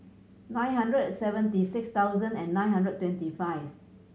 nine hundred and seventy six thousand nine hundred twenty five